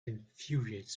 infuriates